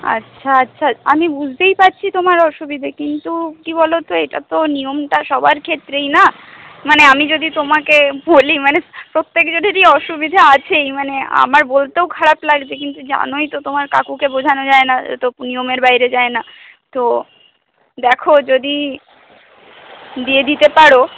আচ্ছা আচ্ছা আমি বুঝতেই পারছি তোমার অসুবিধে কিন্তু কি বলো তো এইটা তো নিয়মটা সবার ক্ষেত্রেই না মানে আমি যদি তোমাকে বলি মানে প্রত্যেক জনেরই অসুবিধে আছেই মানে আমার বলতেও খারাপ লাগছে কিন্তু জানোই তো তোমার কাকুকে বোঝানো যায় না আর তো নিয়মের বাইরে যায় না তো দেখো যদি দিয়ে দিতে পারো